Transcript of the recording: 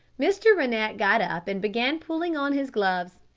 mr. rennett got up and began pulling on his gloves.